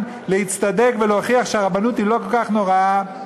להצטדק ולהוכיח שהרבנות היא לא כל כך נוראה.